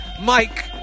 Mike